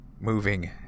moving